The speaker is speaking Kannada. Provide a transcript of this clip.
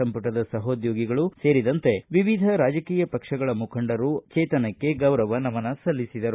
ಸಂಪುಟದ ಸಹೋದ್ದೋಗಿಗಳು ಸೇರಿದಂತೆ ವಿವಿಧ ರಾಜಕೀಯ ಪಕ್ಷಗಳ ಮುಖಂಡರು ಗೌರವ ನಮನ ಸಲ್ಲಿಸಿದರು